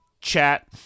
chat